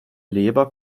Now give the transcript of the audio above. leber